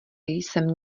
jsem